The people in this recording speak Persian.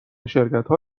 شرکتها